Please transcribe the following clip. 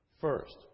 First